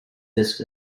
this